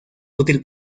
útil